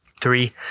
Three